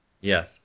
Yes